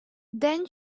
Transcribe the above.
then